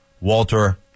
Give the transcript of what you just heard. Walter